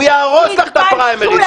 הוא יהרוס לך את הפריימריז.